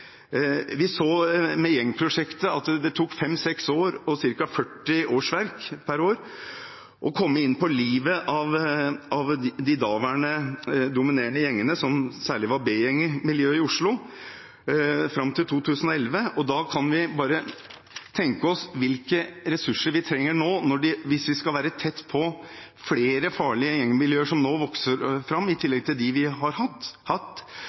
å komme inn på livet av de daværende dominerende gjengene, som særlig var B-gjengmiljøet i Oslo, fram til 2011. Da kan vi bare tenke oss hvilke ressurser vi trenger nå hvis vi skal være tett på flere farlige gjengmiljøer som nå vokser fram, i tillegg til dem vi har hatt,